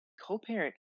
co-parent